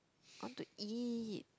want to eat